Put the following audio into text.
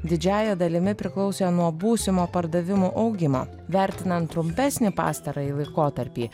didžiąja dalimi priklausė nuo būsimo pardavimų augimo vertinant trumpesnį pastarąjį laikotarpį